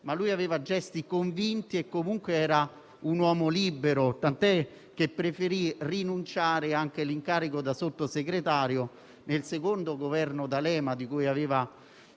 Egli aveva gesti convinti ed era un uomo libero, tant'è che preferì rinunciare all'incarico di Sottosegretario nel secondo Governo D'Alema, di cui aveva